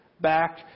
back